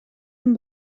amb